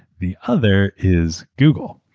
the other is google.